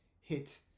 hit